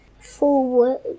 forward